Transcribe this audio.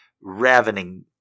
ravening